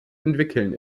entwickeln